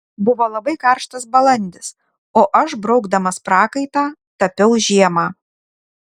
buvo labai karštas balandis o aš braukdamas prakaitą tapiau žiemą